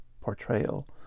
portrayal